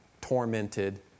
tormented